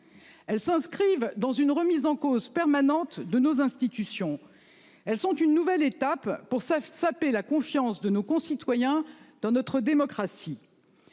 Elles s'inscrivent dans une remise en cause permanente de nos institutions, elles sont une nouvelle étape pour Seif sapé la confiance de nos concitoyens dans notre démocratie.